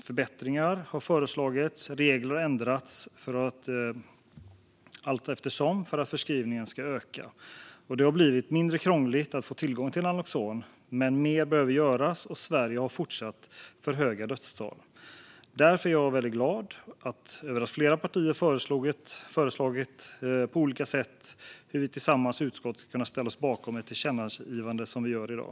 Förbättringar har föreslagits och regler har ändrats allteftersom för att förskrivningen ska öka. Det har blivit mindre krångligt att få tillgång till naloxon. Men mer behöver göras, och Sverige har fortfarande för höga dödstal. Därför är jag glad över att flera partier har föreslagit hur vi på olika sätt i utskottet tillsammans kan ställa oss bakom ett tillkännagivande, som vi gör i dag.